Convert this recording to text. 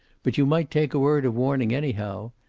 but you might take a word of warning, anyhow.